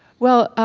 well,